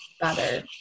better